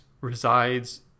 resides